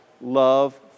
love